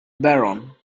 baron